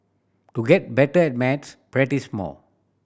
to get better at maths practise more